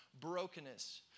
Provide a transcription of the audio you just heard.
brokenness